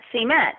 cement